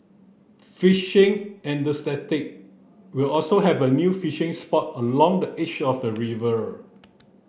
fishing will also have a new fishing spot along the edge of the